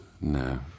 No